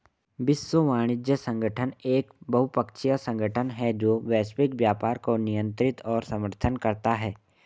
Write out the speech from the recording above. विश्व वाणिज्य संगठन एक बहुपक्षीय संगठन है जो वैश्विक व्यापार को नियंत्रित और समर्थन करता है